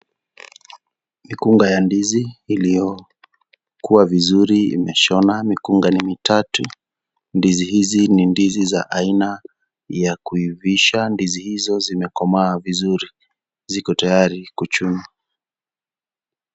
Mikunga ya ndizi iliyokua vizuri imeshona mikunga ni mitatu ndizi hizi ni ndizi za aina ya kuivisha ndizi hizo zimekomaa vizuri , ziko tayari kuchunwa.